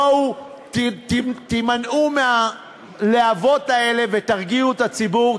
בואו תימנעו מהלהבות האלה ותרגיעו את הציבור,